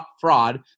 fraud